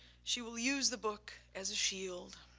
she will use the book as a shield.